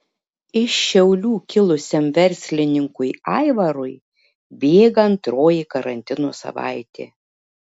iš šiaulių kilusiam verslininkui aivarui bėga antroji karantino savaitė